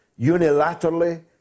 unilaterally